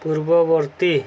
ପୂର୍ବବର୍ତ୍ତୀ